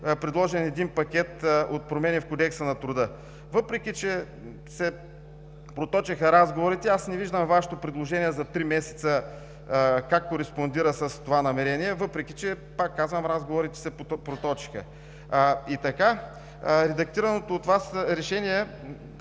предложен един пакет от промени в Кодекса на труда. Въпреки че се проточиха разговорите, аз не виждам Вашето предложение за три месеца как кореспондира с това намерение. Пак казвам, въпреки че разговорите се проточиха и така редактираното от Вас решение